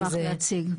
נשמח להציג.